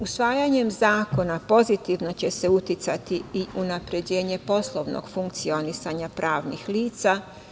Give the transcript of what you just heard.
Usvajanjem zakona pozitivno će se uticati i na unapređenje poslovnog funkcionisanja pravnih lica.